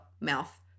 mouth